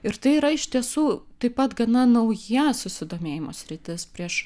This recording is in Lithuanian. ir tai yra iš tiesų taip pat gana nauja susidomėjimo sritis prieš